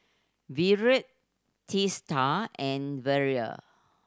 Virat Teesta and Vedre